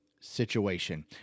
situation